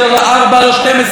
זה לא 4 ולא 12,